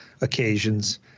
occasions